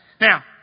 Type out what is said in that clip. Now